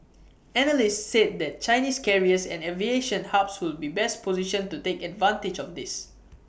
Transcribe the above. analysts said that Chinese carriers and aviation hubs would be best positioned to take advantage of this